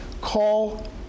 call